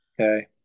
Okay